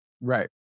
Right